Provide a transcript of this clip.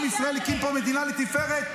עם ישראל הקים פה מדינה לתפארת,